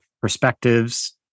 perspectives